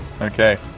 Okay